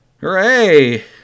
Hooray